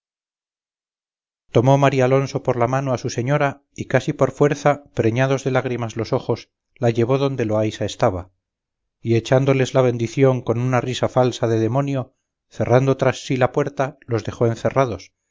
tomó marialonso por la mano a su señora y casi por fuerza preñados de lágrimas los ojos la llevó donde loaysa estaba y echándoles la bendición con una risa falsa de demonio cerrando tras sí la puerta los dejó encerrados